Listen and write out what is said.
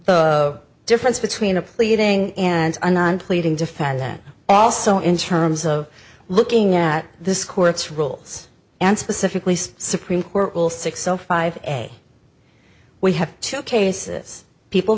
the difference between a pleading and a non pleading defend that also in terms of looking at this court's rules and specifically supreme court will six o five a we have two cases people